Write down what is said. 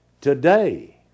today